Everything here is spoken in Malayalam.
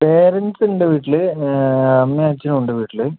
പാരൻറ്റ്സ് ഉണ്ട് വീട്ടില് അമ്മയും അച്ഛനും ഉണ്ട് വീട്ടില്